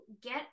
get